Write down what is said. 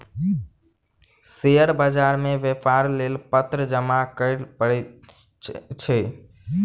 share बाजार मे व्यापारक लेल पत्र जमा करअ पड़ैत अछि